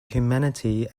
humanity